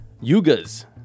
Yugas